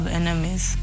enemies